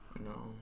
No